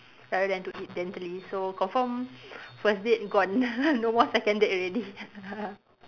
rather than to eat gently so confirm first date gone no more second date already